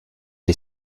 est